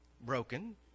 broken